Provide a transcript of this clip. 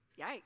Yikes